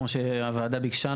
כמו שהוועדה ביקשה,